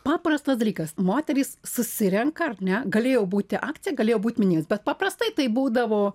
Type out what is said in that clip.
paprastas dalykas moterys susirenka ar ne galėjo būti akcija galėjo būt minėjimas bet paprastai tai būdavo